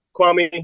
Kwame